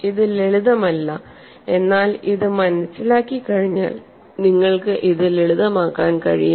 ഇത് ലളിതമല്ല എന്നാൽ ഇത് മനസിലാക്കി കഴിഞ്ഞാൽ നിങ്ങൾക്ക് ഇത് ലളിതമാക്കാൻ കഴിയും